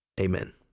Amen